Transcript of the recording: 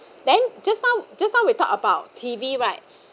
then just now just now we talk about T_V right